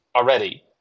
already